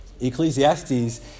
Ecclesiastes